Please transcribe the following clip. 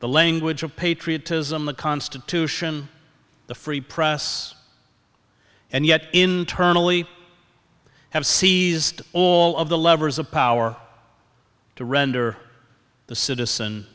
the language of patriotism the constitution the free press and yet internally have seized all of the levers of power to render the citizen